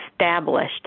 established